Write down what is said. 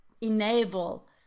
enable